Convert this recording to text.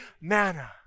manna